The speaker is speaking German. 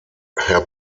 herr